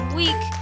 week